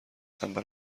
اول